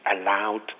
allowed